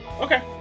Okay